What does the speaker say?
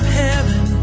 heaven